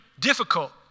difficult